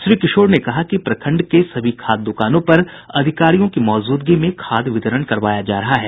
श्री किशोर ने कहा कि प्रखंड के सभी खाद दुकानों पर अधिकारियों की मौजूदगी में खाद वितरण करवाया जा रहा है